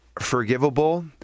forgivable